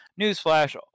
Newsflash